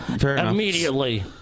Immediately